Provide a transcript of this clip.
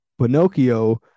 Pinocchio